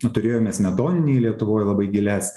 turėjome smetoninėj lietuvoj labai gilias